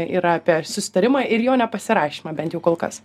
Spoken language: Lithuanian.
yra apie susitarimą ir jo nepasirašymą bent jau kol kas